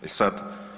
E sad.